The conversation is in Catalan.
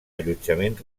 allotjament